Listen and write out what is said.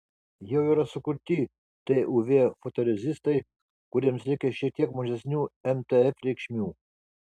jau yra sukurti tuv fotorezistai kuriems reikia šiek tiek mažesnių mtf reikšmių